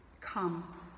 Come